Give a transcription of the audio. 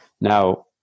Now